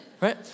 right